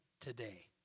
today